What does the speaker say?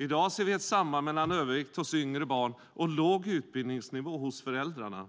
I dag ser vi ett samband mellan övervikt hos yngre barn och låg utbildningsnivå hos föräldrarna.